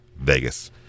Vegas